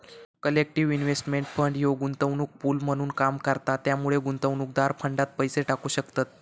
collective investment fund ह्यो गुंतवणूक pool म्हणून काम करता त्यामुळे गुंतवणूकदार फंडात पैसे टाकू शकतत